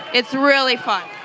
it's really fun